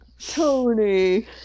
Tony